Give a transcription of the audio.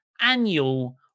annual